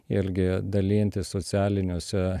irgi dalintis socialiniuose